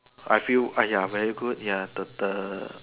I feel !aiya! very good ya the the